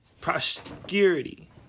prosperity